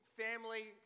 family